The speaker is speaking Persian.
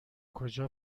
کجا